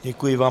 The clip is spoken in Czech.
Děkuji vám.